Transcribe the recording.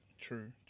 True